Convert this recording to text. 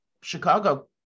Chicago